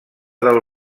del